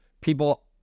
people